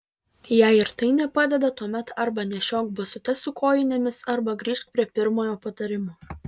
jei ir tai nepadeda tuomet arba nešiok basutes su kojinėmis arba grįžk prie pirmojo patarimo